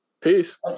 peace